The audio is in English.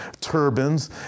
turbines